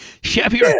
Chevy